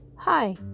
Hi